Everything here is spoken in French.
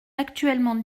actuellement